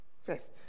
First